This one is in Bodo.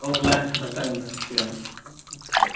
औ थिगानो ओं ओं दे